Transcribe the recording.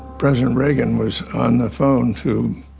president reagan was on the phone to